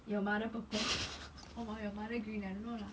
your mother purple or your mother green I don't know lah